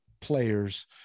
players